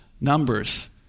numbers